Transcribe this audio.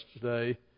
today